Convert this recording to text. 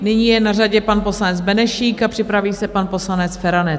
Nyní je na řadě pan poslanec Benešík a připraví se pan poslanec Feranec.